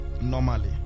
normally